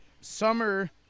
Summer